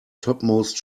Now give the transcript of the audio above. topmost